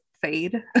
fade